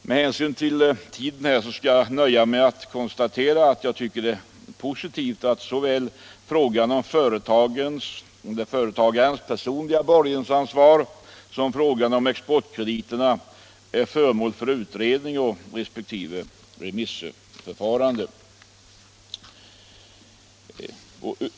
Med hänsyn till tidpunkten skall jag nöja mig med att konstatera att det är positivt att såväl frågan om företagarens personliga borgensansvar som frågan om exportkrediter är föremål för utredning resp. remissförfarande.